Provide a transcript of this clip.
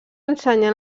ensenyar